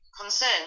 concern